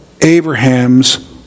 Abraham's